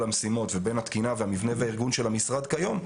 המשימות ובין התקינה והמבנה והארגון של המשרד כיום,